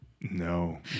no